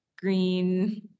green